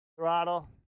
throttle